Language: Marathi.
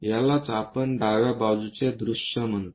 यालाच आपण डाव्या बाजूचे दृश्य म्हणतो